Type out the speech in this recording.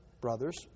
brothers